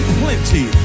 plenty